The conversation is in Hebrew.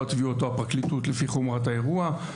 התביעות או הפרקליטות לפי חומרת האירוע.